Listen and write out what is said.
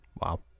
Wow